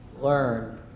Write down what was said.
learn